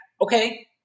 Okay